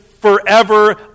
forever